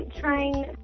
trying